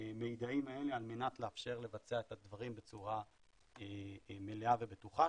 המידעים האלה על מנת לאפשר לבצע את הדברים בצורה מלאה ובטוחה.